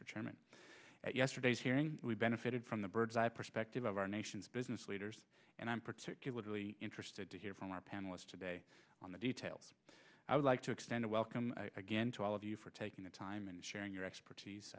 chairman at yesterday's hearing benefited from the bird's eye perspective of our nation's business leaders and i'm particularly interested to hear from our panelist today on the details i would like to extend a welcome again to all of you for taking the time and sharing your expertise